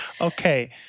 Okay